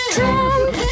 Trump